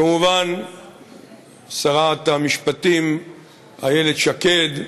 כמובן שרת המשפטים איילת שקד,